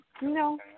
No